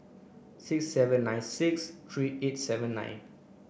six seven nine six three eight seven nine